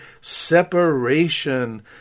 separation